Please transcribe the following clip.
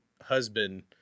husband